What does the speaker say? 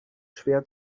schwer